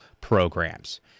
programs